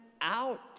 out